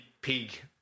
pig